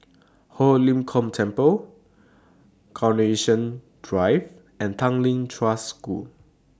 Ho Lim Kong Temple Carnation Drive and Tanglin Trust School